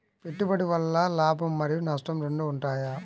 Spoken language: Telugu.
పెట్టుబడి వల్ల లాభం మరియు నష్టం రెండు ఉంటాయా?